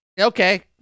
okay